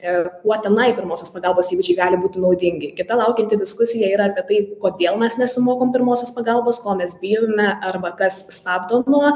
ir kuo tenai pirmosios pagalbos įgūdžiai gali būti naudingi kita laukianti diskusija yra apie tai kodėl mes nesimokom pirmosios pagalbos ko mes bijome arba kas stabdo nuo